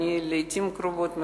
לעתים קרובות,